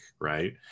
right